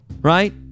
right